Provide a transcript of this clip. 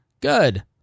Good